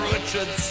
Richard